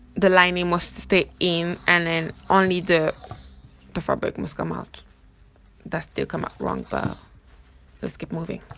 the, lining must stay in and then only the the fabric must come out that still come out wrong but let's keep moving